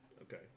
Okay